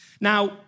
Now